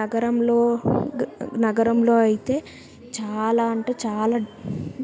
నగరంలో నగరంలో అయితే చాలా అంటే చాలా